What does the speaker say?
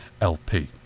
LP